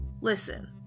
Listen